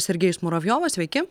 sergejus muravjovas sveiki